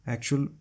Actual